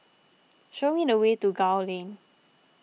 show me the way to Gul Lane